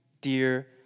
dear